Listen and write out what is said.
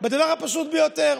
בדבר הפשוט ביותר.